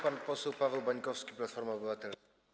Pan poseł Paweł Bańkowski, Platforma Obywatelska.